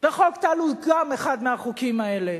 וחוק טל הוא גם אחד מהחוקים האלה.